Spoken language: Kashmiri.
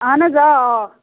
اَہَن حظ آ آ